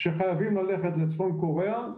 שחייבים ללכת לדרום קוריאה,